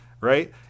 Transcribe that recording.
right